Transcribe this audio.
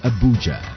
Abuja